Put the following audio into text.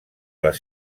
les